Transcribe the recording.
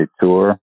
Tour